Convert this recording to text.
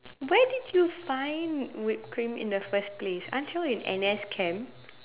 where did you find whipped cream in the first place aren't you in N_S camp